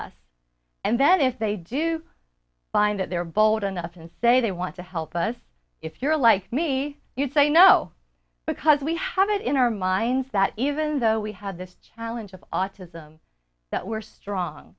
then if they do find that they're bold enough and say they want to help us if you're like me you say no because we have it in our minds that even though we had this challenge of autism that we're strong